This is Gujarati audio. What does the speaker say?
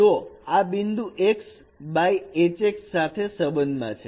તો આ બિંદુ x બાય Hx સાથે સંબંધમાં છે